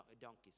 donkey's